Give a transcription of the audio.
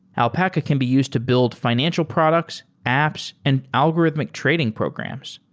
alpaca can be used to build financial products, apps and algorithmic trading programs.